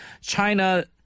China